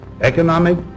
economic